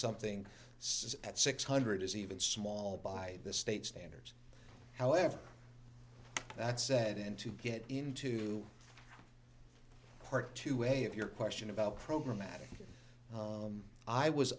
something at six hundred is even small by the state standards however that's said and to get into part two hey if your question about programatic i was